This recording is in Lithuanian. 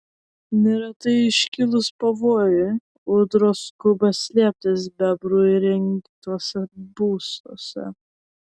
neretai iškilus pavojui ūdros skuba slėptis bebrų įrengtuose būstuose